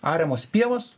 ariamos pievos